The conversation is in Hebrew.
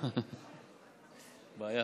בעיה.